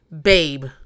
Babe